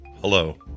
hello